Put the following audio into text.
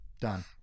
Done